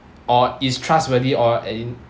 or it's trustworthy or in